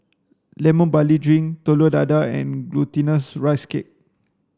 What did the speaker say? lemon barley drink telur dadah and glutinous rice cake